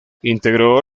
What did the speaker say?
integró